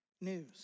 news